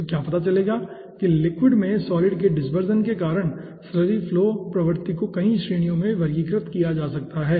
तो क्या पता चलेगा कि लिक्विड में सॉलिड के डिस्परशन के आधार पर स्लरी फ्लो प्रवृत्ति को कई श्रेणियों में वर्गीकृत किया जा सकता है